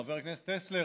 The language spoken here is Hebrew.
חבר הכנסת טסלר,